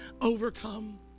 overcome